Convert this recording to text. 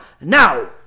now